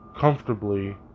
comfortably